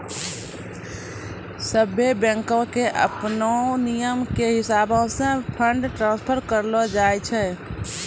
सभ्भे बैंको के अपनो नियमो के हिसाबैं से फंड ट्रांस्फर करलो जाय छै